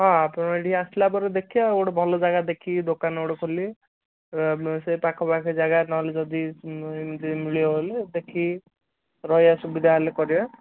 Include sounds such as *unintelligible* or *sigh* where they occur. ହଁ ଆପଣ ଏଇଠି ଆସିଲା ପରେ ଦେଖିବା ଗୋଟେ ଭଲ ଯାଗା ଦେଖି ଦୋକାନ ଗୋଟେ ଖୋଲିବେ ସେ *unintelligible* ପାଖେ ଯାଗା ନ ହେଲେ ଯଦି ଏମିତି ମିଳିବ ବଲେ ଦେଖି ରହିବା ସୁବିଧା ହେଲେ କରିବା